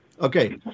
Okay